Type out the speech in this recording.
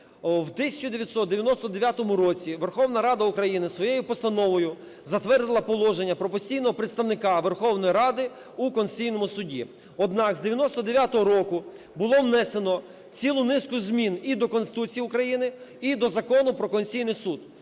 В 1999 році Верховна Рада України своєю Постановою затвердила Положення про постійного представника Верховної Ради У Конституційному Суді. Однак з 1999 року було внесено цілу низку змін і до Конституції України, і до Закону про Конституційний Суд.